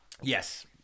Yes